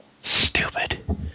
Stupid